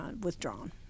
withdrawn